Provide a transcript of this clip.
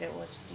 that was free